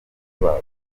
babo